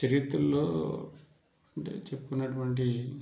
చరిత్రలో అంటే చెప్పుకున్నటువంటి